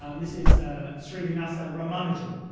um this is srinivasa ramanujan,